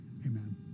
Amen